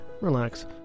relax